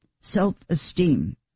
self-esteem